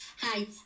Hi